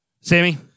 Sammy